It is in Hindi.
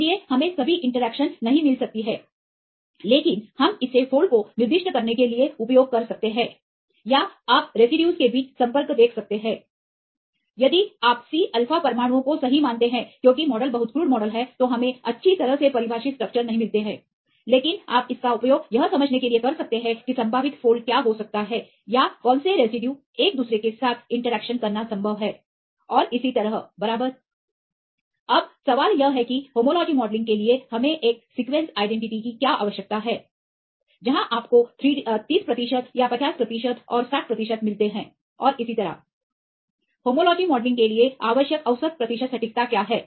इसलिए हमे सभी इंटरैक्शन नहीं मिल सकती हैं लेकिन हम इसे फोल्ड को निर्दिष्ट करने के लिए उपयोग कर सकते हैं या आप रेसिड्यूज के बीच संपर्क देख सकते हैं यदि आप c अल्फा परमाणुओं को सही मानते हैं क्योंकि मॉडल बहुत क्रूड मॉडल हैं तो हमें अच्छी तरह से परिभाषित स्ट्रक्चर्स नहीं मिलते है लेकिन आप इसका उपयोग यह समझने के लिए कर सकते हैं कि संभावित फोल्ड क्या हो सकता है या कौन से रेसिड्यू एक दूसरे के साथ इंटरेक्शन करना संभव है और इसी तरह बराबर अब सवाल यह है कि होमोलॉजी मॉडलिंग के लिए हमें एक सीक्वेंस आईडेंटिटी की क्या आवश्यकता है जहां आपको 30 प्रतिशत या 50 प्रतिशत और 60 प्रतिशत मिलते हैं और इसी तरह होमोलॉजी मॉडलिंग के लिए आवश्यक औसत प्रतिशत सटीकता क्या है